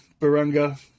Barunga